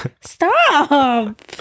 Stop